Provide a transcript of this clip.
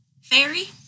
fairy